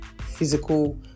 physical